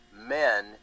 men